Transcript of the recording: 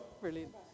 Brilliant